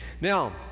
Now